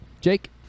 jake